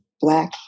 black